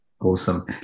Awesome